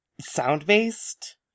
Sound-based